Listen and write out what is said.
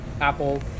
Apple